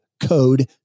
code